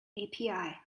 api